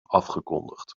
afgekondigd